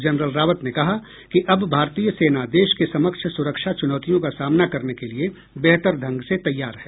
general Rawat ने कहा कि अब भारतीय सेना देश के समक्ष सुरक्षा चुनौतियों का सामना करने के लिए बेहतर ढंग से तैयार है